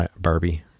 Barbie